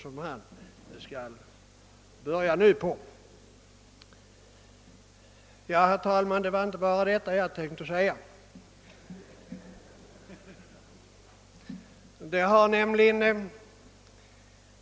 Ja, herr talman, det var inte bara detta jag tänkte säga.